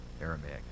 Aramaic